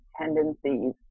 tendencies